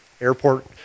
airport